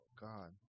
God